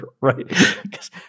Right